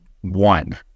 One